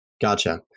Gotcha